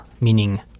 meaning